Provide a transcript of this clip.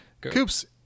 coops